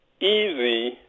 easy